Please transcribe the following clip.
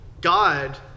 God